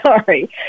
Sorry